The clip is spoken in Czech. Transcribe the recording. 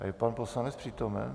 Je pan poslanec přítomen?